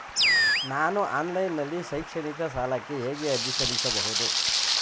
ನಾನು ಆನ್ಲೈನ್ ನಲ್ಲಿ ಶೈಕ್ಷಣಿಕ ಸಾಲಕ್ಕೆ ಹೇಗೆ ಅರ್ಜಿ ಸಲ್ಲಿಸಬಹುದು?